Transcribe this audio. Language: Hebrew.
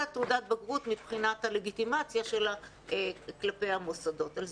תעודת בגרות מבחינת הלגיטימציה שהמוסדות האקדמיים יעניקו לה,